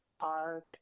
Art